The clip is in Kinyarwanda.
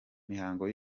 mihango